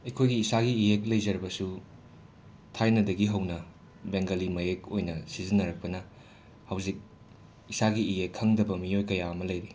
ꯑꯩꯈꯣꯏꯒꯤ ꯏꯁꯥꯒꯤ ꯏꯌꯦꯛ ꯂꯩꯖꯔꯕꯁꯨ ꯊꯥꯏꯅꯗꯒꯤ ꯍꯧꯅ ꯕꯦꯡꯒꯂꯤ ꯃꯌꯦꯛ ꯑꯣꯏꯅ ꯁꯤꯖꯤꯟꯅꯔꯛꯄꯅ ꯍꯧꯖꯤꯛ ꯏꯁꯥꯒꯤ ꯏꯌꯦꯛ ꯈꯪꯗꯕ ꯃꯤꯑꯣꯏ ꯀꯌꯥ ꯑꯃ ꯂꯩꯔꯤ